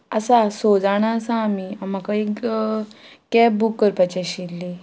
आसा स जाणां आसा आमी म्हाका एक कॅब बूक करपाची आशिल्ली